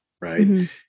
right